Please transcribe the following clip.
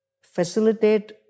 facilitate